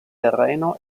terreno